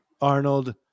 Arnold